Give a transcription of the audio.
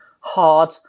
hard